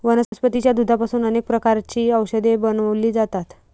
वनस्पतीच्या दुधापासून अनेक प्रकारची औषधे बनवली जातात